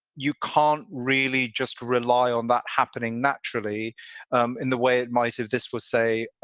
you can't really just rely on that happening naturally um in the way it might have. this was, say,